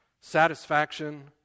satisfaction